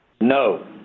no